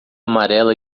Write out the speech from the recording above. amarela